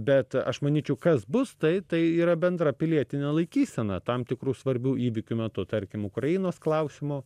bet aš manyčiau kas bus tai tai yra bendra pilietinė laikysena tam tikrų svarbių įvykių metu tarkim ukrainos klausimu